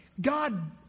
God